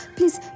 Please